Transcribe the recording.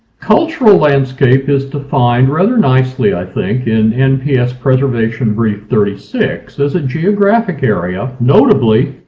cultural landscape is defined rather nicely i think in nps preservation brief thirty six as a geographic area, notably,